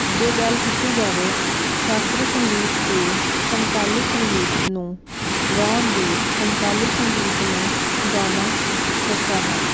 ਜੇ ਗੱਲ ਕੀਤੀ ਜਾਵੇ ਸ਼ਾਸਤਰੀ ਸੰਗੀਤ ਅਤੇ ਸਮਕਾਲੀ ਸੰਗੀਤ ਨੂੰ ਗਾਉਣ ਦੀ ਸਮਕਾਲੀ ਸੰਗੀਤ ਨੂੰ ਗਾਉਣਾ ਸੌਖਾ ਹੈ